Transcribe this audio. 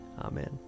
Amen